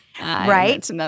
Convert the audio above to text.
right